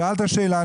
שאלת שאלה,